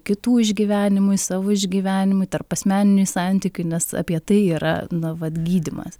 kitų išgyvenimui savo išgyvenimui tarpasmeniniui santykiui nes apie tai yra na vat gydymas